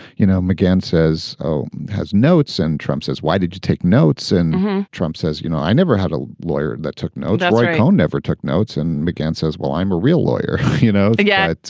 you know, mcgahn says, oh, has notes. and trump says, why did you take notes? and trump says, you know, i never had a lawyer that took notes. roy cohn never took notes and began says, well, i'm a real lawyer, you know, yet.